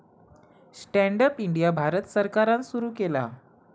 stand up India Bharat सरकारान सुरू केला